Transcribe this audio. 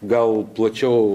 gal plačiau